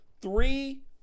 Three